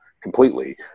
completely